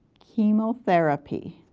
chemotherapy.